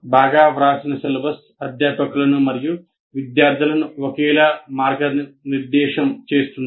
బాగా వ్రాసిన సిలబస్ అధ్యాపకులను మరియు విద్యార్థులను ఒకేలా మార్గనిర్దేశం చేస్తుంది